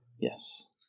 Yes